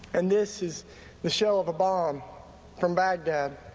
and this is the shell of a bomb from baghdad.